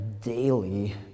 daily